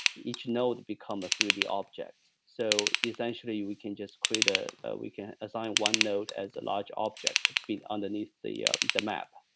each node becomes a three d object. so essentially, we can just create, ah we can assign one node as a large object to be underneath and the map.